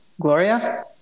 Gloria